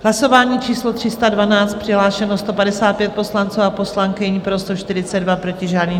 Hlasování číslo 312, přihlášeno 155 poslanců a poslankyň, pro 142, proti žádný.